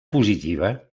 positiva